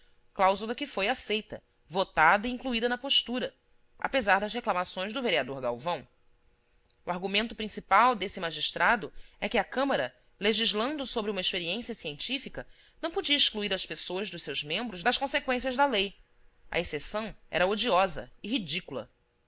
cláusula que foi aceita votada e incluída na postura apesar das reclamações do vereador galvão o argumento principal deste magistrado é que a câmara legislando sobre uma experiência científica não podia excluir as pessoas dos seus membros das conseqüências da lei a exceção era odiosa e ridícula